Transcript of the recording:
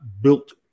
built